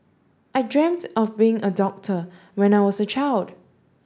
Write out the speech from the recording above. I dreamt of being a doctor when I was a child